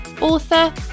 author